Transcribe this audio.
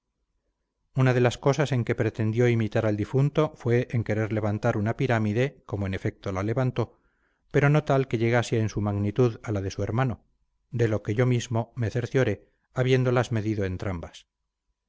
una de las cosas en que pretendió imitar al difunto fue en querer levantar una pirámide como en efecto la levantó pero no tal que llegase en su magnitud a la de su hermano de lo que yo mismo me cercioré habiéndolas medido entrambas